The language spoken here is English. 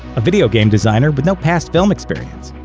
a video game designer with no past film experience.